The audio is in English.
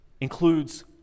includes